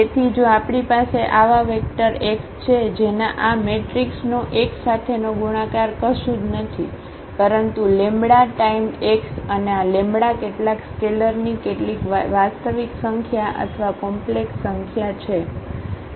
તેથી જો આપણી પાસે આવા વેક્ટર x છે જેનાં આ મેટ્રિક્સનો x સાથેનો ગુણાકાર કશું જ નથી પરંતુ લેમ્બડા ટાઇમ x અને આ લેમ્બડા કેટલાક સ્કેલરની કેટલીક વાસ્તવિક સંખ્યા અથવા કોમ્પ્લેક્સ સંખ્યા છે